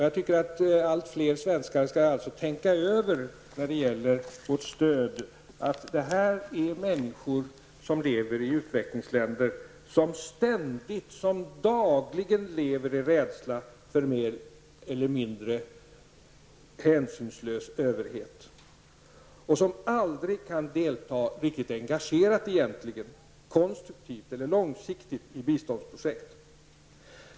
Jag tycker att allt fler svenskar när det gäller vårt stöd skall tänka på att det här handlar om människor som lever i utvecklingsländer och som ständigt lever i rädsla för en mer eller mindre hänsynslös överhet och som egentligen aldrig kan delta riktigt engagerat konstruktivt eller långsiktigt i biståndsprojekt.